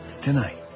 Tonight